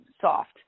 soft